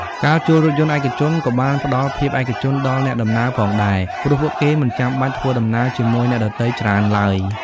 ការជួលរថយន្តឯកជនក៏បានផ្តល់ភាពឯកជនដល់អ្នកដំណើរផងដែរ ព្រោះពួកគេមិនចាំបាច់ធ្វើដំណើរជាមួយអ្នកដទៃច្រើនឡើយ។